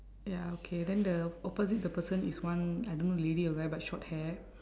ya okay then the opposite the person is one I don't know lady or guy but short hair